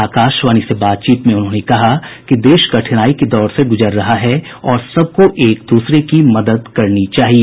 आकाशवाणी से बातचीत में उन्होंने कहा कि देश कठिनाई के दौर से गुजर रहा है और सबको एक दूसरे की मदद करनी चाहिए